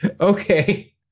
Okay